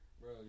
Bro